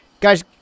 Guys